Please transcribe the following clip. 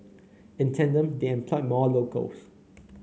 in tandem they employed more locals